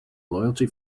loyalty